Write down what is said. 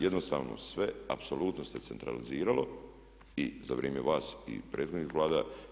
Jednostavno sve, apsolutno se centraliziralo i za vrijeme vas i prethodnih Vlada.